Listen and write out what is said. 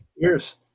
Cheers